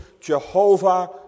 jehovah